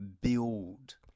build